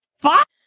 Fuck